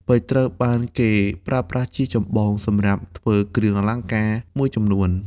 ពេជ្រត្រូវបានគេប្រើប្រាស់ជាចម្បងសម្រាប់ធ្វើគ្រឿងអលង្ការមួយចំនួន។